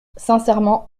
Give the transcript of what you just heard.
sincèrement